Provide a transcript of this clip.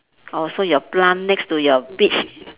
oh so your plum next to your peach